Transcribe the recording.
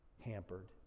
hampered